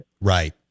right